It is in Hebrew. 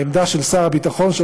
העמדה של שר הביטחון,